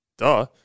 Duh